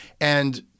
And-